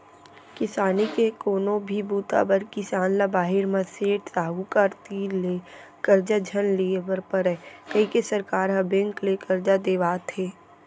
किसानी के कोनो भी बूता बर किसान ल बाहिर म सेठ, साहूकार तीर ले करजा झन लिये बर परय कइके सरकार ह बेंक ले करजा देवात हे